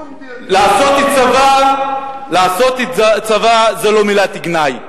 לעשות צבא זה לא מילת גנאי.